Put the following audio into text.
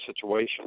situation